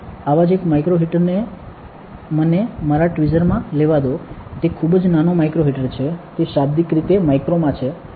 આવા જ એક માઇક્રો હીટર ને મને મારા ટ્વિઝરમાં લેવા દો તે ખૂબ જ નાનો માઇક્રો હીટર છે તે શાબ્દિક રીતે માઇક્રોમાં છે